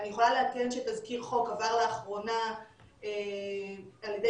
אני יכולה לעדכן שתזכיר חוק עבר לאחרונה על ידי